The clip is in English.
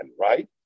right